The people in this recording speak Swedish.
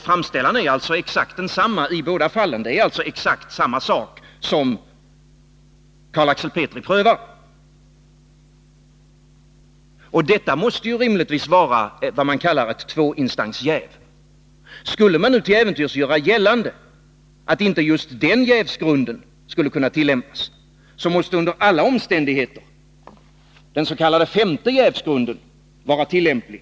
Framställaren är alltså samma person i båda fallen, och det är exakt samma sak som Carl-Axel Petri prövar. Detta måste rimligtvis vara vad man kallar ett tvåinstansjäv. Skulle man till äventyrs göra gällande att just den jävsgrunden inte skulle kunna tillämpas, måste under alla omständigheter den s.k. femte jävsgrunden vara tillämplig.